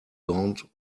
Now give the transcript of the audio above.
gaunt